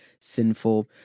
sinful